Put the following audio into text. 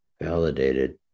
validated